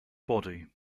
body